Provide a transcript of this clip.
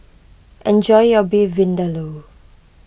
enjoy your Beef Vindaloo